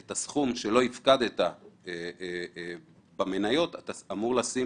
את הסכום שלא הפקדת במניות אתה אמור לשים